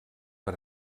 per